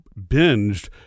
binged